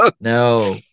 No